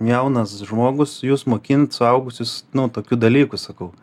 jaunas žmogus jus mokint suaugusius nu tokių dalykų sakau